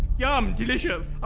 yum, delicious.